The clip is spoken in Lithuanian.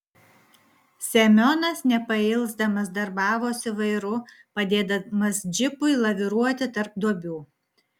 semionas nepailsdamas darbavosi vairu padėdamas džipui laviruoti tarp duobių